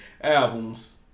albums